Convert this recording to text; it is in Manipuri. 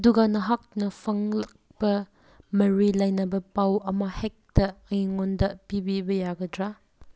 ꯑꯗꯨꯒ ꯅꯍꯥꯛꯅ ꯐꯪꯂꯛꯄ ꯃꯔꯤ ꯂꯩꯅꯕ ꯄꯥꯎ ꯑꯃ ꯍꯦꯛꯇ ꯑꯩꯉꯣꯟꯗ ꯄꯤꯕꯤꯕ ꯌꯥꯒꯗ꯭ꯔꯥ